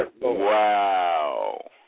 Wow